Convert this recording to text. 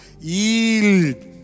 yield